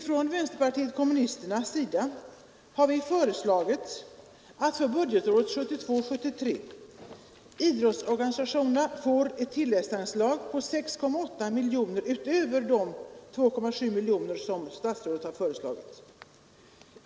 Från vänsterpartiet kommunisternas sida har vi föreslagit att för budgetåret 1972/73 idrottsorganisationerna får ett tilläggsanslag på 6,8 miljoner utöver de 2,7 miljoner som statsrådet föreslagit.